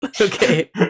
Okay